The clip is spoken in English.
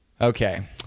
Okay